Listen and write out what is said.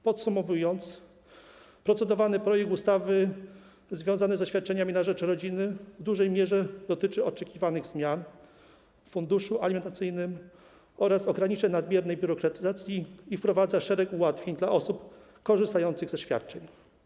Podsumowując, procedowany projekt ustawy związany ze świadczeniami na rzecz rodziny w dużej mierze dotyczy oczekiwanych zmian w funduszu alimentacyjnym oraz ograniczeń nadmiernej biurokratyzacji i wprowadza szereg ułatwień dla osób korzystających ze świadczeń.